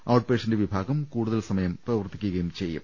out patient വിഭാഗം കൂടുതൽ സമയം പ്രവർത്തിക്കു കയും ചെയ്യും